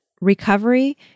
recovery